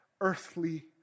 earthly